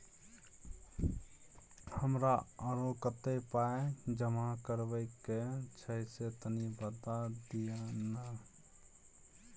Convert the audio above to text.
हमरा आरो कत्ते पाई जमा करबा के छै से तनी बता दिय न?